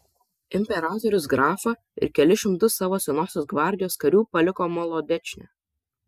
imperatorius grafą ir kelis šimtus savo senosios gvardijos karių paliko molodečne